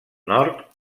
nord